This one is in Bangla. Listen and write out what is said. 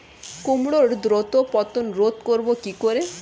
কুমড়োর দ্রুত পতন রোধ করব কি করে?